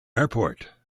airport